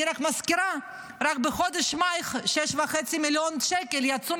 אני רק מזכירה שרק בחודש מאי 6.5 מיליון שקל יצאו